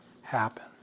happen